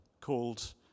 called